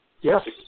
Yes